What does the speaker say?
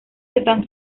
están